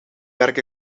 werk